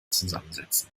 zusammensetzen